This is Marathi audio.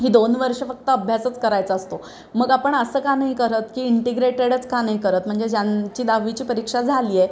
ही दोन वर्ष फक्त अभ्यासच करायचा असतो मग आपण असं का नाही करत की इंटिग्रेटेडच का नाही करत म्हणजे ज्यांची दहावीची परीक्षा झाली आहे